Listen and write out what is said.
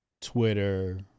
Twitter